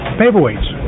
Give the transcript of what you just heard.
paperweights